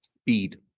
Speed